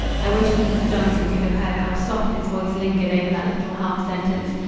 i wish mrs. johnson could have heard how soft his voice lingered over that little half-sentence.